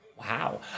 Wow